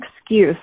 excuse